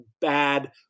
bad